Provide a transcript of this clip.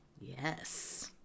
Yes